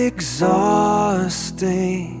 Exhausting